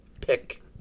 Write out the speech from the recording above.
Pick